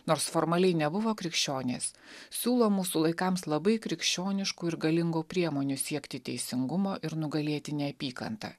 nors formaliai nebuvo krikščionės siūlo mūsų laikams labai krikščioniškų ir galingų priemonių siekti teisingumo ir nugalėti neapykantą